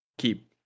keep